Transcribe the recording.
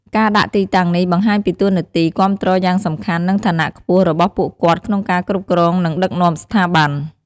ការដាក់ទីតាំងនេះបង្ហាញពីតួនាទីគាំទ្រយ៉ាងសំខាន់ និងឋានៈខ្ពស់របស់ពួកគាត់ក្នុងការគ្រប់គ្រង និងដឹកនាំស្ថាប័ន។